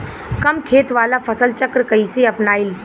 कम खेत वाला फसल चक्र कइसे अपनाइल?